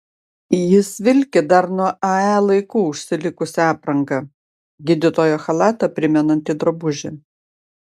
jis vilki dar nuo ae laikų užsilikusią aprangą gydytojo chalatą primenantį drabužį